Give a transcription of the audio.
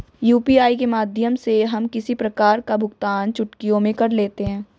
UPI के माध्यम से हम किसी प्रकार का भुगतान चुटकियों में कर लेते हैं